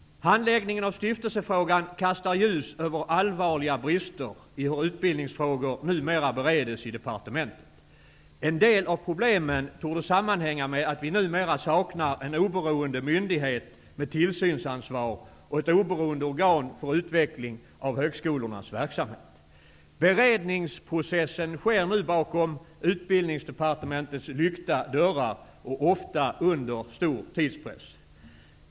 Handläggningen av stiftelsefrågan kastar ljus över allvarliga brister i hur utbildningsfrågor numera bereds i departementet. En del av problemen torde sammanhänga med att vi numera saknar en oberoende myndighet med tillsynsansvar och ett oberoende organ för utveckling av högskolornas verksamhet. Beredningsprocessen sker nu bakom Utbildningsdepartementets lyckta dörrar och ofta under stor tidspress.